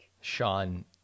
Sean